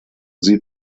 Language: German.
sie